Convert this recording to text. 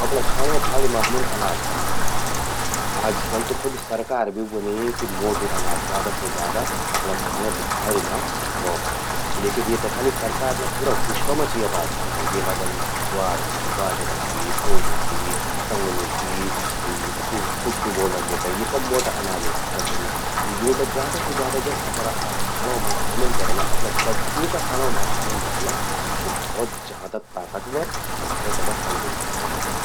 अपणा खाणों थाली मां हमुन अनाज कमण्यें ज्वोंड़। आजकल त सरकार भी ब्वोनि कि म्वोटू अनाज ज्यादा से ज्यादा अपणां खाणों कि थाली मां रौखा। किलेकि येते खाली सरकार ही ना बल्कि पूरा विश्व मां चि या बात चलणी। येमा जन ज्वार ति, बाजरा चि, क्वोदू चि कंगनी चि, यू कुट्टू ब्वोलदन, त यि सब म्वोटा अनाजे फसल छिन। त यूंते ज्यादा से ज्यादा अपरा आप खाणों मां शामिल करला, अपणा बच्चों का खाणों में शामिल करला, स्वो भौत ज्यादा ताकतवर और भौत ज्यादा तंदुरुस्त ह्वोलि चीज।